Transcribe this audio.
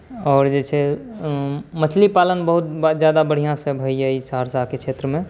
आओर जे छै मछली पालन बहुत जादा बढ़िऑं सँ होइया सहरसाके क्षेत्रमे